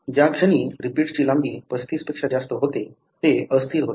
ज्या क्षणी रिपीट्सची लांबी 35 पेक्षा जास्त होते ते अस्थिर होते